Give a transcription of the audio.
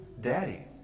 Daddy